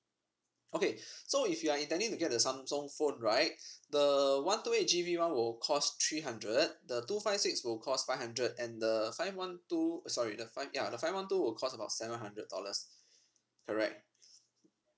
okay so if you are intending to get the samsung phone right the one two eight G B one will cost three hundred the two five six will cost five hundred and the five one two uh sorry the five ya the five one two will cost about seven hundred dollars correct